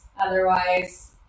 Otherwise